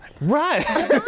Right